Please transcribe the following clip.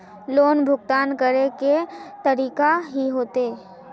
Loan भुगतान करे के तरीका की होते?